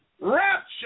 rapture